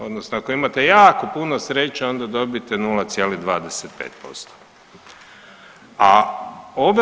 Odnosno ako imate jako puno sreće onda dobite 0,25%